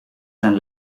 zijn